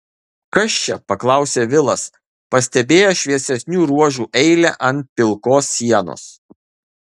kas čia paklausė vilas pastebėjęs šviesesnių ruožų eilę ant pilkos sienos